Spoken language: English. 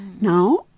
Now